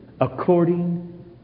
According